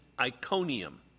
Iconium